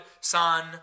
Son